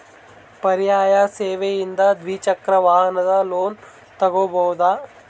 ಪರ್ಯಾಯ ಸೇವೆಯಿಂದ ದ್ವಿಚಕ್ರ ವಾಹನದ ಲೋನ್ ತಗೋಬಹುದಾ?